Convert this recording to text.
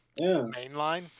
mainline